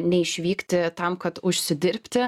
neišvykti tam kad užsidirbti